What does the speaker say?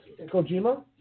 Kojima